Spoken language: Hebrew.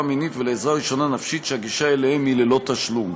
מינית ולעזרה ראשונה נפשית שהגישה אליהם היא ללא תשלום.